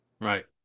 Right